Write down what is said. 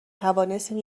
توانستیم